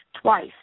twice